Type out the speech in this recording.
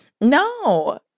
No